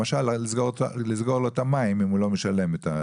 למשל לסגור לו את המים אם לא משלם.